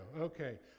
Okay